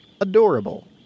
adorable